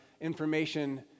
information